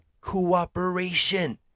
cooperation